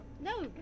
no